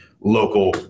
local